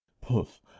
Puff